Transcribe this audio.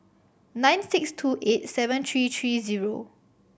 nine six two eight seven three three zero